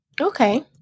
Okay